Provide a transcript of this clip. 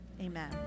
amen